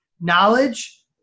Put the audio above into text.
Knowledge